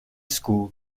school